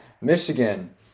Michigan